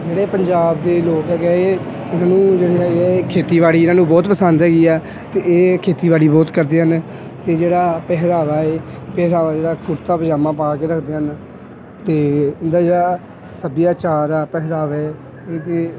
ਜਿਹੜੇ ਪੰਜਾਬ ਦੇ ਲੋਕ ਹੈਗੇ ਆ ਇਹ ਉਹਨਾਂ ਨੂੰ ਜਿਹੜੇ ਹੈਗੇ ਆ ਇਹ ਖੇਤੀਬਾੜੀ ਇਹਨਾਂ ਨੂੰ ਬਹੁਤ ਪਸੰਦ ਹੈਗੀ ਆ ਅਤੇ ਇਹ ਖੇਤੀਬਾੜੀ ਬਹੁਤ ਕਰਦੇ ਹਨ ਅਤੇ ਜਿਹੜਾ ਪਹਿਰਾਵਾ ਹੈ ਪਹਿਰਾਵਾ ਜਿਹੜਾ ਕੁੜਤਾ ਪਜਾਮਾ ਪਾ ਕੇ ਰੱਖਦੇ ਹਨ ਅਤੇ ਇਹਨਾਂ ਦਾ ਜਿਹੜਾ ਸੱਭਿਆਚਾਰ ਆ ਪਹਿਰਾਵੇ ਇਹਦੇ